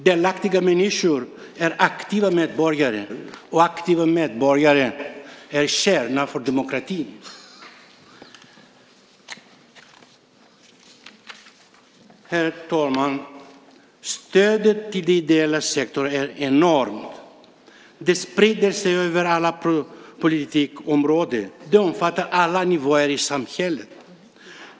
Delaktiga människor är aktiva medborgare, och aktiva människor är demokratins kärna. Herr talman! Stödet till den ideella sektorn är enormt. Det sprider sig över alla politikområden och omfattar alla nivåer i samhället.